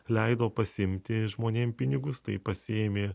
leido pasiimti žmonėm pinigus tai pasiėmė